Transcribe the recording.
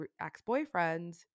ex-boyfriends